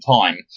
time